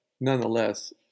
nonetheless